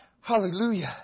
Hallelujah